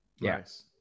yes